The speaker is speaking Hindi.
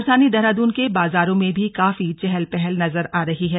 राजधानी देहराद्रन के बाजारों में भी काफी चहल पहल नजर आ रही है